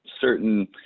certain –